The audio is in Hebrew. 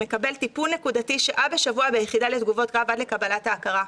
מקבל טיפול נקודתי שעה בשבוע ביחידה לתגובות קרב עד לקבלת ההכרה.